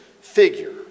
figure